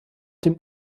dem